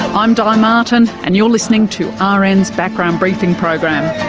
i'm di martin, and you're listening to ah rn's background briefing program.